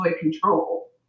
control